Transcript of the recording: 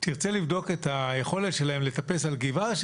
תרצה לבדוק את היכולת שלהם לטפס על גבעה ואז